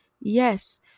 Yes